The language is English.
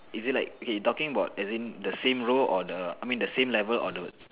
is it like okay talking about as in the same row or the I mean the same level on wards